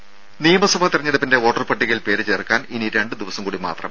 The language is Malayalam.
രും നിയമസഭാ തെരഞ്ഞെടുപ്പിന്റെ വോട്ടർപട്ടികയിൽ പേരു ചേർക്കാൻ ഇനി രണ്ടു ദിവസം കൂടി മാത്രം